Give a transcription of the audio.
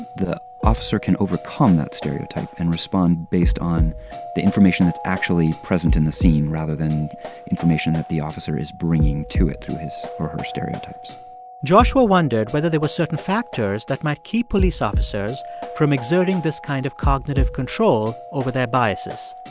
the officer can overcome that stereotype and respond based on the information that's actually present in the scene, rather than information that the officer is bringing to it through his or her stereotypes joshua wondered whether there were certain factors that might keep police officers from exerting this kind of cognitive control over their biases.